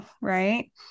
right